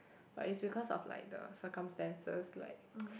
but is because of like the circumstances like